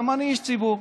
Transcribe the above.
גם אני איש ציבור.